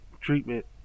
treatment